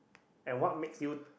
and what makes you